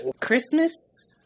Christmas